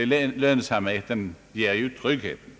sig. Lönsamheten ger tryggheten.